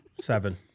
Seven